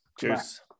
Cheers